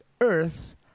earth